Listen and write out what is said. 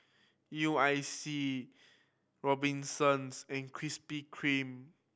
U I C Robinsons and Krispy Kreme